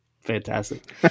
Fantastic